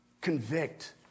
convict